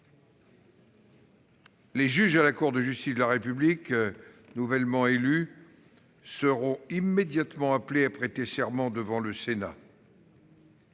Les juges à la Cour de justice de la République nouvellement élus seront immédiatement appelés à prêter serment devant le Sénat.